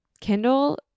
Kindle